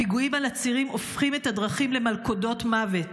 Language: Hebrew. הפיגועים על הצירים הופכים את הדרכים למלכודות מוות.